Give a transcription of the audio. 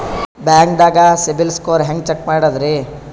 ಬ್ಯಾಂಕ್ದಾಗ CIBIL score ಹೆಂಗ್ check ಮಾಡದ್ರಿ?